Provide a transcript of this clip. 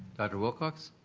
dr. wilcox?